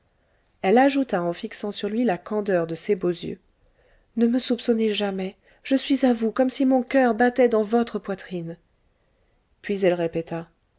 elle ajouta en fixant sur lui la candeur de ses beaux yeux ne me soupçonnez jamais je suis à vous comme si mon coeur battait dans votre poitrine puis elle répéta